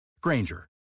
Granger